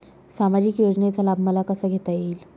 सामाजिक योजनेचा लाभ मला कसा घेता येईल?